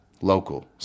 local